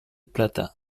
plata